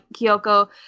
Kyoko